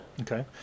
Okay